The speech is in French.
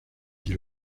dit